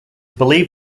believed